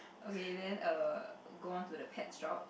okay then err go on to the pet shop